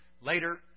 later